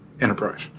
enterprise